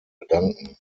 bedanken